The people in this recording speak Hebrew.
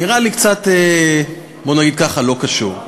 נראה לי קצת, בואו נגיד ככה, לא קשור.